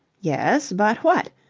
yes, but what?